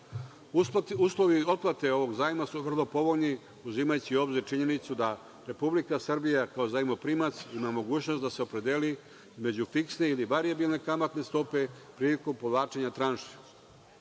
otplate ovog zajma su vrlo povoljni, uzimajući u obzir činjenicu da Republika Srbija kao zajmoprimac ima mogućnost da se opredeli između fiksne ili varijabilne kamatne stope prilikom povlačenja tranši. Takođe